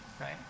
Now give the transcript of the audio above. right